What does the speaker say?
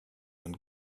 and